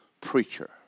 preacher